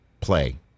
play